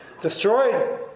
destroyed